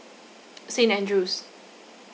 saint andrew's